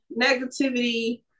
negativity